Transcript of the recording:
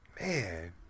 Man